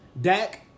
Dak